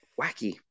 wacky